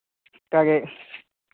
ᱡᱟ ᱜᱮ